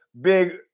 big